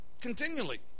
continually